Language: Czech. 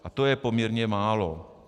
A to je poměrně málo.